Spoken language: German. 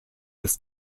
bis